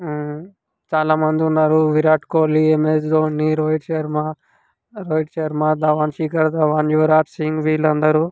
చాలామంది ఉన్నారు విరాట్ కోహ్లీ ఎంఎస్ ధోనీ రోహిత్ శర్మ రోహిత్ శర్మ ధవన్ శిఖర్ ధావన్ యువరాజ్ సింగ్ వీళ్ళందరు